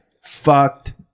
fucked